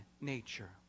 nature